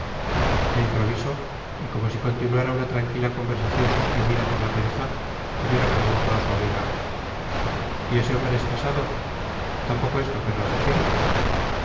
de improviso y como si continuara una tranquila conversación suspendida por la pereza ibero preguntó a su amiga y ese hombre es casado tampoco esto querrás decírmelo